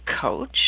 coach